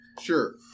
Sure